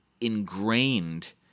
ingrained